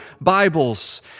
Bibles